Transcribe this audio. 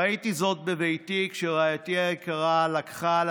ראיתי זאת בביתי כשרעייתי היקרה לקחה על